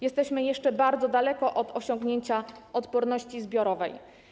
Jesteśmy jeszcze bardzo daleko od osiągnięcia odporności zbiorowej.